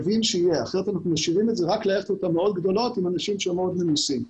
אנחנו משאירים את זה רק ליכטות מאוד גדולות עם אנשים מאוד מנוסים.